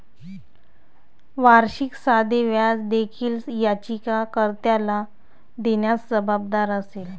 वार्षिक साधे व्याज देखील याचिका कर्त्याला देण्यास जबाबदार असेल